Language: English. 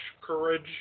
courage